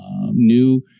new